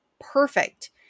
perfect